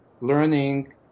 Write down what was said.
learning